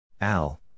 Al